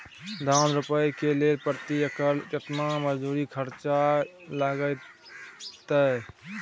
धान रोपय के लेल प्रति एकर केतना मजदूरी खर्चा लागतेय?